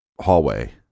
hallway